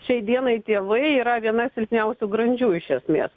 šiai dienai tėvai yra viena silpniausių grandžių iš esmės